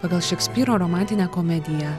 pagal šekspyro romantinę komediją